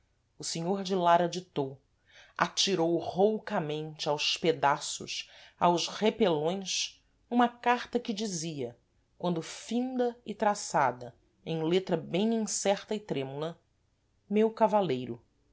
o senhor de lara ditou atirou roucamente aos pedaços aos repelões uma carta que dizia quando finda e traçada em letra bem incerta e trémula meu cavaleiro